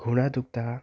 घुँडा दुख्दा